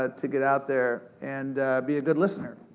ah to get out there and be a good listener.